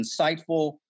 insightful